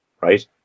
right